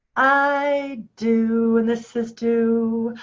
i do. and this is do.